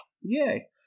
Yay